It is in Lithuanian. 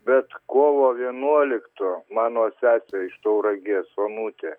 bet kovo vienuolikto mano sesė iš tauragės onutė